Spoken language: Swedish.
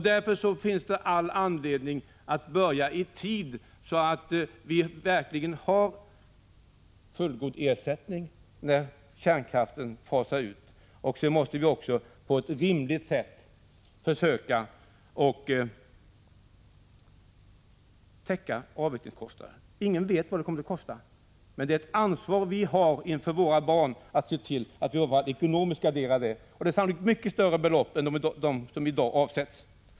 Därför finns det all anledning att börja avvecklingen i tid, så att det verkligen finns tillgång till fullgod ersättning när kärnkraften fasar ut. Vi måste också på ett rimligt sätt försöka att täcka avvecklingskostnaderna. Ingen vet vad avvecklingen kommer att kosta, men vi har ett ansvar inför våra barn att se till att vi gör vad vi kan för att ekonomiskt gardera dem för detta. Det kommer sannolikt att röra sig om mycket större belopp än de som i dag avsätts.